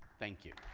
thank you.